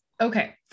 okay